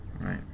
Right